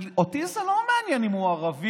אותי זה לא מעניין אם הוא ערבי,